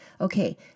okay